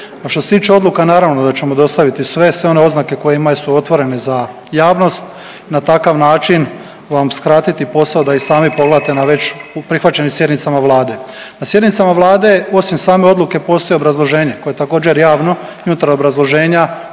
što se tiče odluka naravno da ćemo dostaviti sve, sve one oznake koje imaju, su otvorene za javnost. Na takav način vam skratiti posao da i sami već pogledate na već prihvaćenim sjednicama Vlade. Na sjednicama Vlade osim same odluke postoji i obrazloženje koje je također javno i unutar obrazloženja